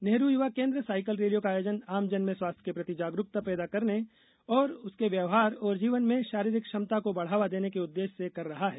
Nehru Yuva Kendra cycle रैलियों का आयोजन आमजन में स्वास्थ्य के प्रति जागरूकता पैदा करने और उसके व्यवहार और जीवन में शारीरिक क्षमता को बढ़ावा देने के उद्देश्य से कर रहा है